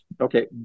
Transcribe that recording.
okay